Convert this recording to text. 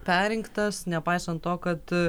perrinktas nepaisant to kad